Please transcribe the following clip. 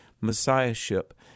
Messiahship